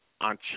on